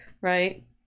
Right